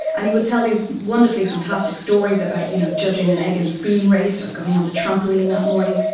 and he would tell these wonderfully fantastic stories about you know judging an egg and spoon race or going on the trampoline that morning.